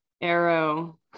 arrow